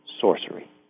sorcery